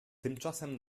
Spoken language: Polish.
tymczasem